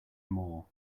more